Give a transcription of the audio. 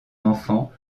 enfants